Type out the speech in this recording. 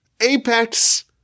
apex